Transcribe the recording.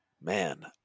Man